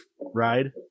ride